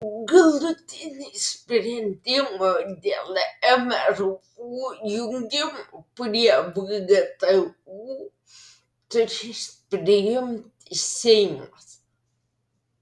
galutinį sprendimą dėl mru jungimo prie vgtu turės priimti seimas